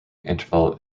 interval